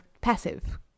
passive